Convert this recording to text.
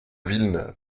villeneuve